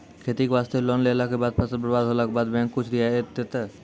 खेती वास्ते लोन लेला के बाद फसल बर्बाद होला के बाद बैंक कुछ रियायत देतै?